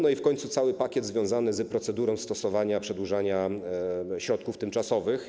No i w końcu cały pakiet związany z procedurą stosowania, przedłużania środków tymczasowych.